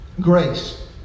Grace